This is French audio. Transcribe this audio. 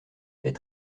fait